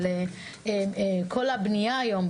של כל הבנייה היום,